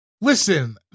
listen